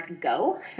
Go